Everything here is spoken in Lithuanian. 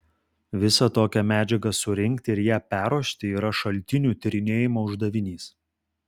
visą tokią medžiagą surinkti ir ją perruošti yra šaltinių tyrinėjimo uždavinys